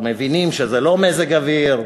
מבינים שזה לא מזג אוויר,